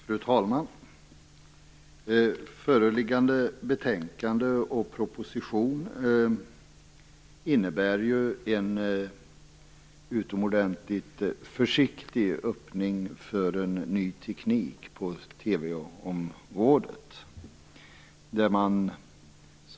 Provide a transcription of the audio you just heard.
Fru talman! Föreliggande betänkande och proposition innebär en utomordentligt försiktig öppning för en ny teknik på TV-området.